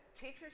Teachers